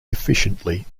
efficiently